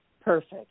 Perfect